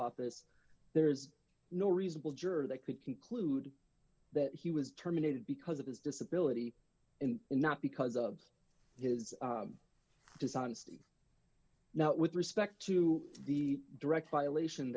office there is no reasonable juror that could conclude that he was terminated because of his disability and not because of his dishonesty now with respect to the direct violation